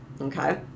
Okay